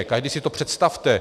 Každý si to představte!